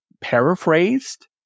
paraphrased